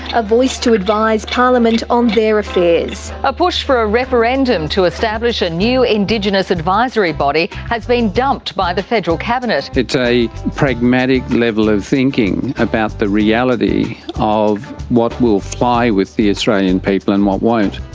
a voice to advise parliament on their affairs, a push for a referendum to establish a new indigenous advisory body has been dumped by the federal cabinet, it's a pragmatic level of thinking about the reality of what will fly with the australian people and what won't.